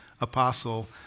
apostle